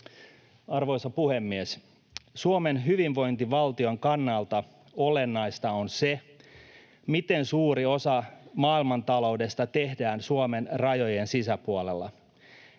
Arvoisa puhemies! Suomen hyvinvointivaltion kannalta olennaista on se, miten suuri osa maailmantaloudesta tehdään Suomen rajojen sisäpuolella.